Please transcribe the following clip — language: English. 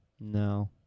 No